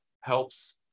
helps